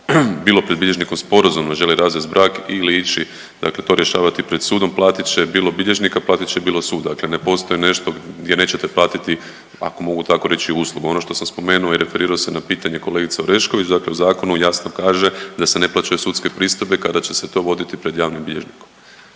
bilo pred bilježnikom sporazumno želi razvesti brak ili ići dakle to rješavati pred sudom platit će bilo bilježnika, platit će bilo sud. Dakle, ne postoji nešto gdje nećete platiti ako mogu tako reći uslugu. Ono što sam spomenu i referirao se na pitanje kolegice Orešković, dakle u zakonu jasno kaže da se ne plaćaju sudske pristojbe kada će se to voditi pred javnim bilježnikom.